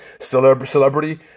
celebrity